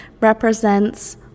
represents